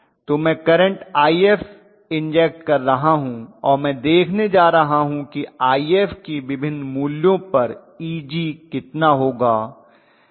तो मैं current inject कर रहा हूं और मैं देखने जा रहा कि आईएफ की विभिन्न मूल्यों पर ईजी कितना होगा